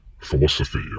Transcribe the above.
philosophy